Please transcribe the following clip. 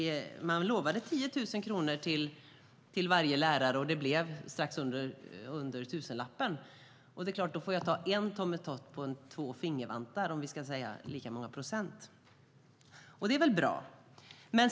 Man lovade 10 000 kronor till varje lärare, och det blev strax under 1 000-lappen. Då får jag ta en tummetott på två fingervantar för att det ska bli lika många procent. Det är väl bra.